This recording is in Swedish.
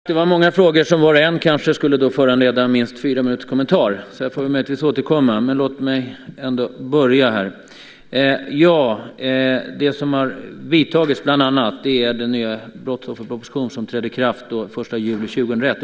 Herr talman! Det var många frågor som var och en kanske skulle föranleda minst fyra minuters kommentar, så jag får möjligtvis återkomma. Det som har vidtagits är bland annat den nya brottsofferproposition som trädde i kraft den 1 juli 2001.